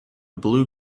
blue